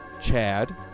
Chad